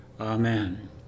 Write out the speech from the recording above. Amen